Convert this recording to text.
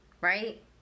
right